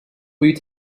you